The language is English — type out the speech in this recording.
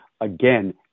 again